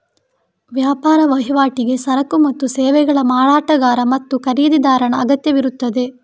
ವ್ಯಾಪಾರ ವಹಿವಾಟಿಗೆ ಸರಕು ಮತ್ತು ಸೇವೆಗಳ ಮಾರಾಟಗಾರ ಮತ್ತು ಖರೀದಿದಾರನ ಅಗತ್ಯವಿರುತ್ತದೆ